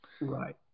Right